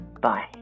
Bye